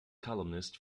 columnist